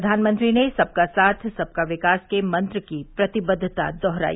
प्रधानमंत्री ने सबका साथ सबका विकास के मंत्र की प्रतिबद्धता दोहराई